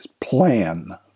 plan